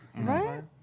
Right